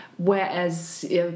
Whereas